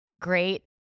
great